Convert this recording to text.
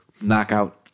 knockout